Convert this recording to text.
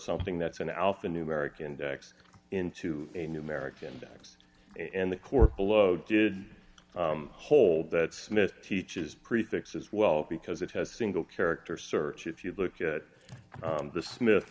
something that's an alpha numeric index into a new american x in the court below did hold that smith teaches prefix as well because it has a single character search if you look at the smith